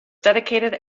dedicated